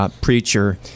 preacher